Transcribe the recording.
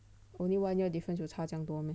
only one year difference [what] 差酱多 meh